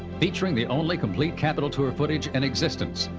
featuring the only complete capital tour footage in existence,